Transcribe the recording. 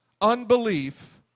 unbelief